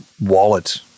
wallet